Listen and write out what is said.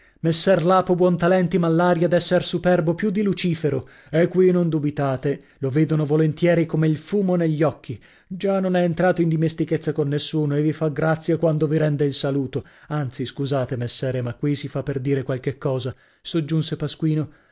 messer lapo buontalenti m'ha l'aria d'esser superbo più di lucifero e qui non dubitate lo vedono volentieri come il fumo negli occhi già non è entrato in dimestichezza con nessuno e vi fa grazia quando vi rende il saluto anzi scusate messere ma qui si fa per dire qualche cosa soggiunse pasquino